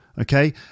Okay